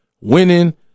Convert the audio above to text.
winning